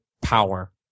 power